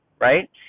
right